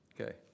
Okay